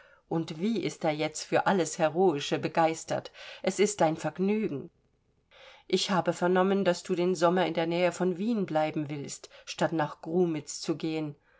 und wie ist er jetzt für alles heroische begeistert es ist ein vergnügen ich habe vernommen daß du den sommer in der nähe von wien bleiben willst statt nach grumitz zu gehen